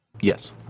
Yes